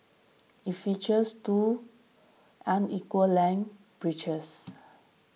it features two unequal lang bridges